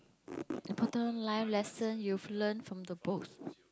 important life lesson you've learnt from the books